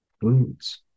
foods